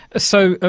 so, ah